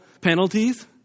penalties